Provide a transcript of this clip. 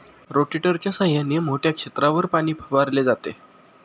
रोटेटरच्या सहाय्याने मोठ्या क्षेत्रावर पाणी फवारले जाते